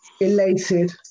elated